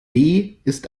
ist